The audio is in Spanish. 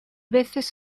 veces